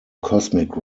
cosmic